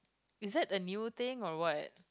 is it a new thing or what